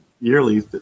yearly